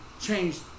changed